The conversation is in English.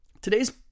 Today's